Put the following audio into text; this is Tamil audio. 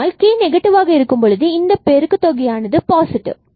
ஆனால் k நெகட்டிவாக இருக்கும்பொழுது இந்த பெருக்கு தொகையானது பாசிட்டிவ்